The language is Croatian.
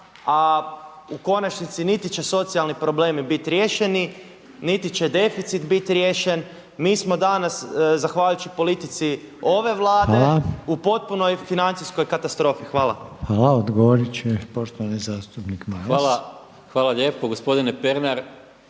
A u konačnici niti će socijalni problemi biti riješeni, niti će deficit biti riješen. Mi smo danas zahvaljujući politici ove Vlade u potpunoj financijskoj katastrofi. Hvala. **Reiner, Željko (HDZ)** Hvala. Odgovorit će poštovani zastupnik Maras. **Maras, Gordan (SDP)** Hvala lijepo gospodine Pernar.